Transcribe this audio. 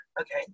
Okay